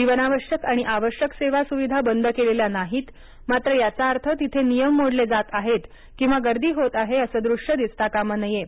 जीवनावश्यक आणि आवश्यक सेवा सुविधा बंद केलेल्या नाहीत मात्र याचा अर्थ तिथे नियम मोडले जात आहेत किंवा गर्दी होत आहे असं दृश्य दिसता कामा नये